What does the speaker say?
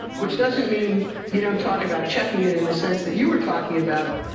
which doesn't mean you don't talk about checking it in the sense that you were talking about,